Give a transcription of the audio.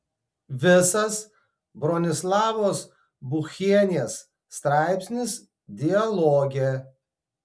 visas bronislavos buchienės straipsnis dialoge